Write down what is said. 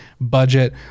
budget